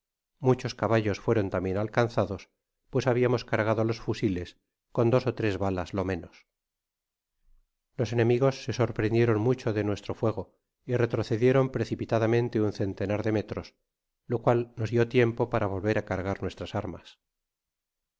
muchos caba lios fueron tambien alcanzados pues habiamos cargado los fusiles con dos ó tres balas lo menos los enemigos se sorprendieron mucho de nuestro fuego y retrocedieron precipitadamente un centenar de metros lo cual nos dió tiempo para volver á cargar nuestra armas